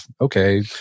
okay